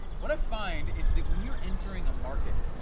what i find is that when you're entering a market,